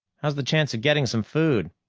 how's the chance of getting some food?